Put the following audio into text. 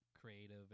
creative